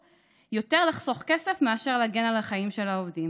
יותר לחסוך כסף מאשר להגן על החיים של העובדים,